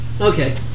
Okay